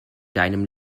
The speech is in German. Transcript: deinem